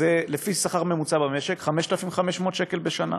לפי שכר ממוצע במשק 5,500 שקל בשנה.